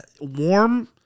warm